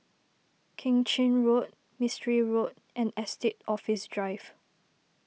Keng Chin Road Mistri Road and Estate Office Drive